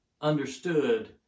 understood